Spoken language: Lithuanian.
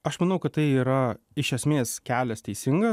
aš manau kad tai yra iš esmės kelias teisingas